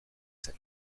zen